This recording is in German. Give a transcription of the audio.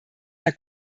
herr